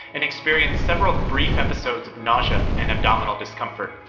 and experienced several brief episodes of nausea and abdominal discomfort.